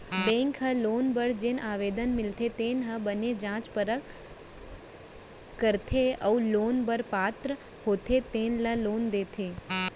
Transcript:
bank ह loan बर जेन आवेदन मिलथे तेन ल बने जाँच परख करथे अउ लोन बर पात्र होथे तेन ल लोन देथे